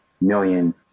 million